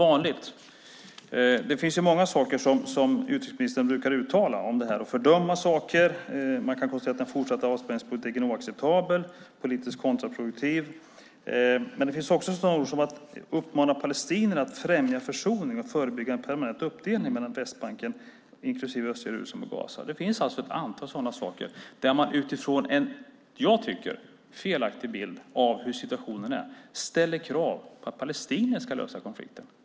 Det finns många saker som utrikesministern brukar uttala om detta. Han brukar fördöma saker. Det konstateras att den fortsatta avspärrningspolitiken är oacceptabel och politiskt kontraproduktiv. Men det talas också om att uppmana palestinierna att främja försoning och förebygga en permanent uppdelning mellan Västbanken, inklusive östra Jerusalem, och Gaza. Det finns alltså ett antal sådana saker där man utifrån en enligt mig felaktig bild av hur situationen är ställer krav på att palestinierna ska lösa konflikten.